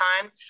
time